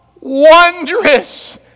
wondrous